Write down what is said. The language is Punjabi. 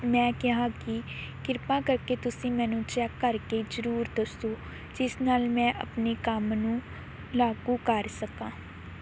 ਮੈਂ ਕਿਹਾ ਕਿ ਕਿਰਪਾ ਕਰਕੇ ਤੁਸੀਂ ਮੈਨੂੰ ਚੈਕ ਕਰਕੇ ਜ਼ਰੂਰ ਦੱਸੋ ਜਿਸ ਨਾਲ ਮੈਂ ਆਪਣੇ ਕੰਮ ਨੂੰ ਲਾਗੂ ਕਰ ਸਕਾਂ